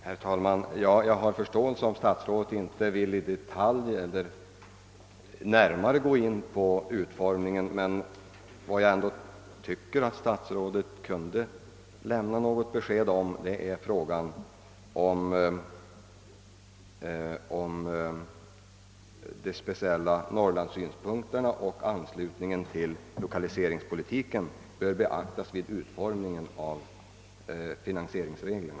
Herr talman! Jag har förståelse för att statsrådet inte i detalj kan gå in på utformningen, men jag tycker nog att statsrådet kunde ge något besked om huruvida norrlandssynpunkterna och anslutningen till lokaliseringspolitiken bör beaktas vid utformningen av finansieringsreglerna.